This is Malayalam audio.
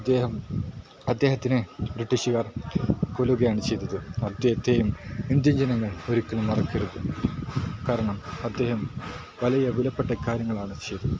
അദ്ദേഹം അദ്ദേഹത്തിനെ ബ്രിട്ടീഷുകാർ കൊല്ലുകയാണ് ചെയ്തത് അദ്ദേഹത്തേയും ഇന്ത്യൻ ജനങ്ങൾ ഒരിക്കലും മറക്കരുത് കാരണം അദ്ദേഹം വലിയ വിലപ്പെട്ട കാര്യങ്ങളാണ് ചെയ്തത്